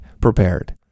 prepared